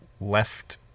left